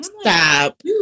Stop